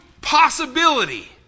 possibility